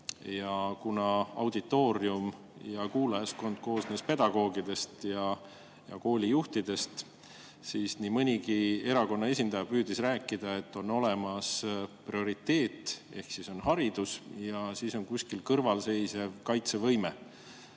Kuna auditoorium, kuulajaskond koosnes pedagoogidest ja koolijuhtidest, siis nii mõnigi erakonna esindaja püüdis rääkida, et on olemas prioriteet ehk haridus, ja veel on kuskil kõrvalseisev kaitsevõime,